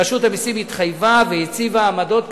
רשות המסים התחייבה והציבה עמדות כאלו,